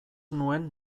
nuen